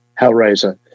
Hellraiser